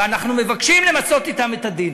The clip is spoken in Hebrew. ואנחנו מבקשים למצות אתם את הדין.